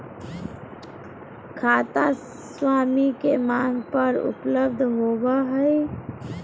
खाता स्वामी के मांग पर उपलब्ध होबो हइ